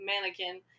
mannequin